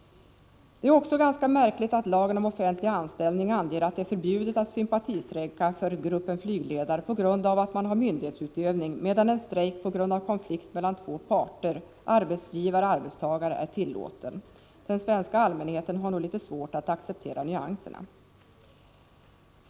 Det är också ganska märkligt att lagen om offentlig anställning anger att det är förbjudet att sympatistrejka för gruppen flygledare på grund av myndighetsutövning, medan en strejk på grund av konflikt mellan två parter, arbetsgivare-arbetstagare, är tillåten. Den svenska allmänheten har nog litet svårt att acceptera nyanserna.